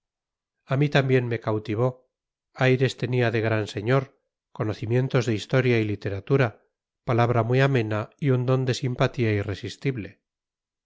a mí también me cautivó aires tenía de gran señor conocimientos de historia y literatura palabra muy amena y un don de simpatía irresistible